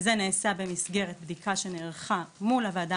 זה נעשה במסדרת בדיקה שנערכה מול הוועדה